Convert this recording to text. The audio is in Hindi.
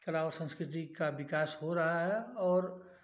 कला और सँस्कृति का विकास हो रहा है और